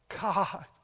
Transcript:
God